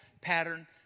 pattern